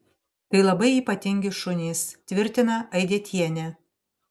tai labai ypatingi šunys tvirtina aidietienė